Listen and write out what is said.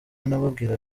nababwira